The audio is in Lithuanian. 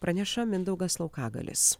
praneša mindaugas laukagalis